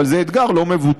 אבל זה אתגר לא מבוטל,